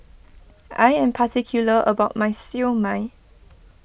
I am particular about my Siew Mai